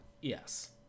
yes